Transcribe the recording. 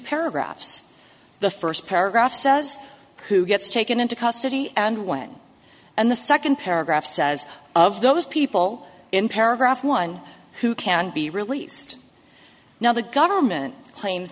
paragraphs the first paragraph says who gets taken into custody and when and the second paragraph says of those people in paragraph one who can be released now the government cla